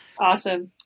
Awesome